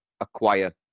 acquire